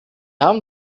haben